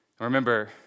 Remember